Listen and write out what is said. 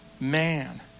man